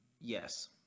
Yes